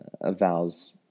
avows